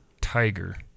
tiger